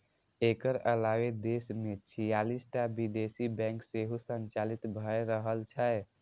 एकर अलावे देश मे छियालिस टा विदेशी बैंक सेहो संचालित भए रहल छै